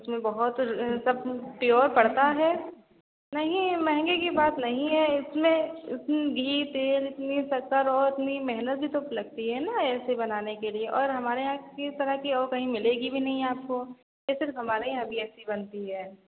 उसमें बहुत सब प्योर पड़ता है नहीं महेंगे की बात नहीं है इसमें घी तेल इतनी शक्कर और इतनी मेहनत भी तो लगती है ना ऐसे बनाने के लिए और हमारे यहाँ की चीज़ तरह की और कहीं मिलेगी भी नहीं आपको यह सिर्फ हमारे यहाँ की ऐसी बनती है